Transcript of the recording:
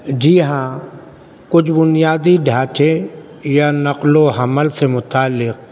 جی ہاں کچھ بنیادی ڈھانچے یا نقل و حمل سے متعلق